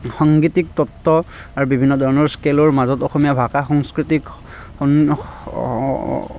সাংগীতিক তত্ত্ব আৰু বিভিন্ন ধৰণৰ স্কেলৰ মাজত অসমীয়া ভাষা সংস্কৃতিক